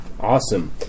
Awesome